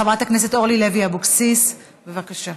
חברת הכנסת אורלי לוי אבקסיס, בבקשה.